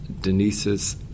Denise's